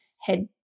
head